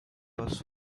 bus